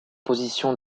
position